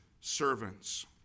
servants